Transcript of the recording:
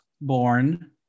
born